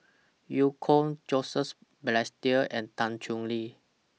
EU Kong Joseph Balestier and Tan Chong Tee